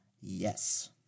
yes